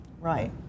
Right